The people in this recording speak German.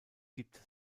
gibt